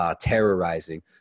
terrorizing